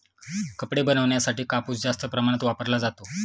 कपडे बनवण्यासाठी कापूस जास्त प्रमाणात वापरला जातो